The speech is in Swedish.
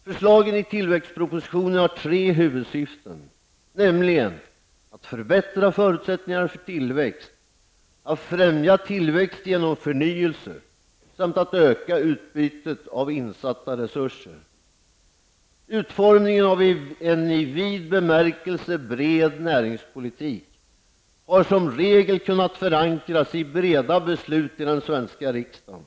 Förslagen i tillväxtpropositionen har tre huvudsyften, nämligen att förbättra förutsättningarna för tillväxt, att främja tillväxt genom förnyelse samt att öka utbytet av insatta resurser. Utformningen av en i vid bemärkelse bred näringspolitik har som regel kunnat förankras i breda beslut i den svenska riksdagen.